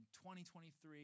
2023